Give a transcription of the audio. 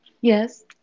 Yes